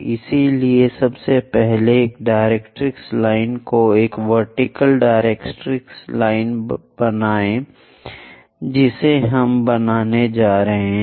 इसलिए सबसे पहले एक डायरेक्ट्रिक्स लाइन को एक वर्टिकल डायरेक्ट्रिक्स लाइन बनाये जिसे हम बनाने जा रहे हैं